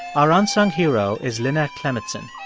our unsung hero is lynette clemetson.